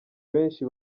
benshi